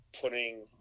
putting